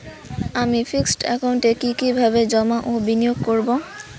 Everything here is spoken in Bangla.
আমি ফিক্সড একাউন্টে কি কিভাবে জমা ও বিনিয়োগ করব?